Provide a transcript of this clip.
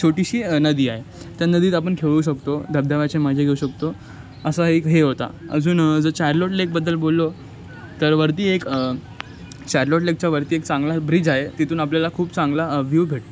छोटीशी नदी आहे त्या नदीत आपण खेळू शकतो धबधब्याची मजा घेऊ शकतो असा एक हे होता अजून ज चारलोट लेकबद्दल बोललो तर वरती एक चारलोट लेकच्या वरती एक चांगला ब्रिज आहे तिथून आपल्याला खूप चांगला व्यू भेटतो